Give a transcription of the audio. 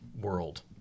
world